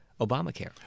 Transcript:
Obamacare